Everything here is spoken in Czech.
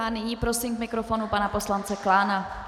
Nyní prosím k mikrofonu pana poslance Klána.